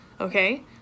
okay